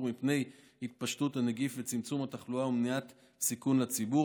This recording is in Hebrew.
מפני התפשטות הנגיף וצמצום התחלואה ומניעת סיכון לציבור.